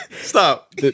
Stop